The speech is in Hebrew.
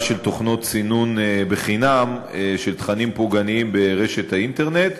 של תוכנות סינון חינם של תכנים פוגעניים ברשת האינטרנט,